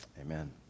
amen